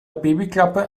babyklappe